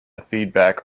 feedback